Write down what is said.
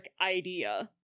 idea